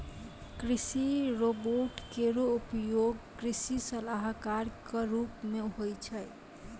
कृषि रोबोट केरो उपयोग कृषि सलाहकार क रूप मे होय छै